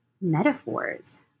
metaphors